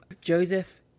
Joseph